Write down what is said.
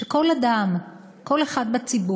שכל אדם, כל אחד בציבור,